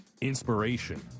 inspiration